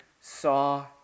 saw